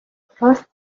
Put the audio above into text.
راست